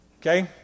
Okay